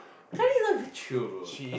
kind of chill bro